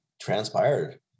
transpired